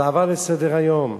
עברו על זה לסדר-היום.